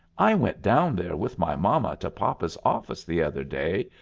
i went down there with my mama to papa's office the other day,